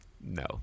No